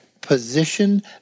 position